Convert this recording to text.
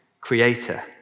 Creator